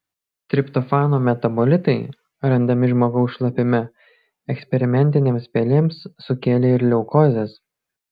triptofano metabolitai randami žmogaus šlapime eksperimentinėms pelėms sukėlė ir leukozes